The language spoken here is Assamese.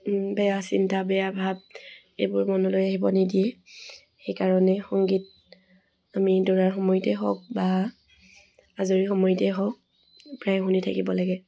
বেয়া চিন্তা বেয়া ভাৱ এইবোৰ মনলৈ আহিব নিদিয়ে সেইকাৰণে সংগীত আমি দৌৰাৰ সময়তেই হওক বা আজৰি সময়তেই হওক প্ৰায় শুনি থাকিব লাগে